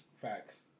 Facts